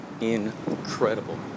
Incredible